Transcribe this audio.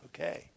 Okay